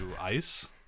ice